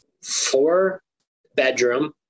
four-bedroom